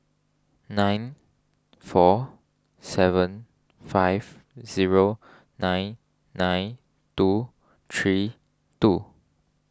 seven four seven five zero nine nine two three two